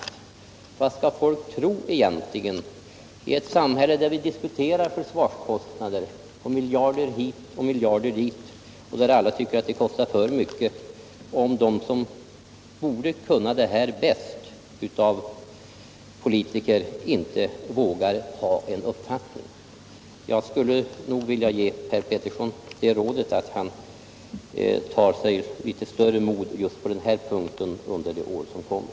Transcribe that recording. Vad skall folk egentligen tro — i ett samhälle där vi diskuterar försvarsutgifter uppgående till miljarder och åter rmiljarder och där alla tycker att det kostar för mycket — om de av politikerna som borde kunna detta bäst inte vågar ha en uppfattning? Jag skulle vilja ge Per Petersson det rådet att han fattar litet större mod på den här punkten under det år som kommer.